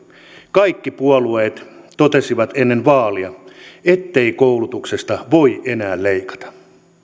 kaikki puolueet totesivat ennen vaaleja ettei koulutuksesta voi enää leikata